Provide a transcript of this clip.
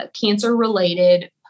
cancer-related